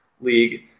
league